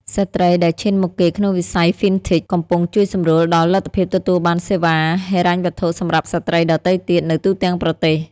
ស្ត្រីដែលឈានមុខគេក្នុងវិស័យ Fintech កំពុងជួយសម្រួលដល់លទ្ធភាពទទួលបានសេវាហិរញ្ញវត្ថុសម្រាប់ស្ត្រីដទៃទៀតនៅទូទាំងប្រទេស។